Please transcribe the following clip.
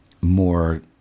more